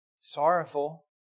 sorrowful